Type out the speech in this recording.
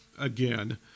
again